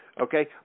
okay